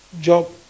job